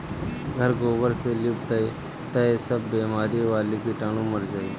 घर गोबर से लिप दअ तअ सब बेमारी वाला कीटाणु मर जाइ